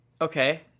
Okay